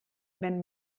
wenn